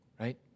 right